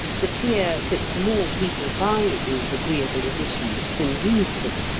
the fear that more people buy these agreeable editions than read them.